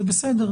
זה בסדר.